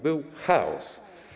Był chaos.